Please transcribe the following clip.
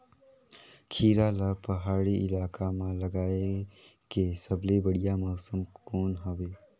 खीरा ला पहाड़ी इलाका मां लगाय के सबले बढ़िया मौसम कोन हवे?